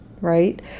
Right